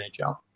NHL